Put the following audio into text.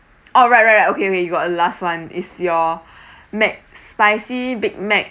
oh right right right okay wait you got a last one it's your mcspicy big mac